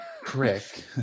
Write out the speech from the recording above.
crick